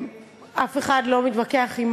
אף אחד לא מתווכח עם